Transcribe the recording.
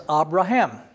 Abraham